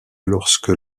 lorsque